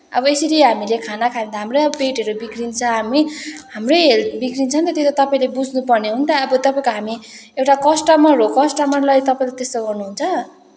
अब यसरी हामीले खाना खायो भने त हाम्रै पेटहरू बिग्रिन्छ हामी हाम्रै हेल्थ बिग्रिन्छ नि त त्यो त तपाईँले बुझ्नुपर्ने हो नि त अब तपाईँको हामी एउटा कस्टमर हो कस्टमरलाई तपाईँले त्यस्तो गर्नुहुन्छ